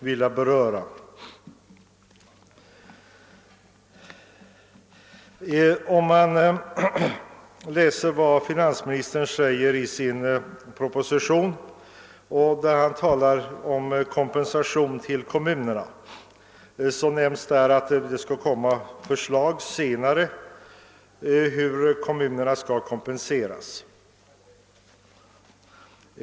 Vad beträffar kompensationen till kommunerna skriver finansministern i propositionen att förslag senare kommer att framläggas.